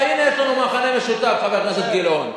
הנה מכנה משותף, חבר הכנסת גילאון.